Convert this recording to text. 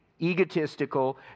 egotistical